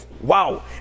Wow